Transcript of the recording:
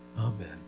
Amen